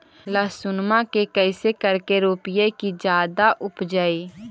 लहसूनमा के कैसे करके रोपीय की जादा उपजई?